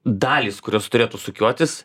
dalys kurios turėtų sukiotis